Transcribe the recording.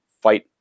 fight